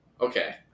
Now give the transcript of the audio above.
Okay